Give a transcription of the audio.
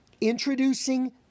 introducing